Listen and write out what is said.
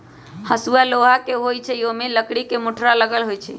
हसुआ लोहा के होई छई आ ओमे लकड़ी के मुठरा लगल होई छई